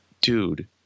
Dude